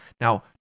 Now